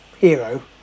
Hero